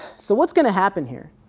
so what's going to happen here?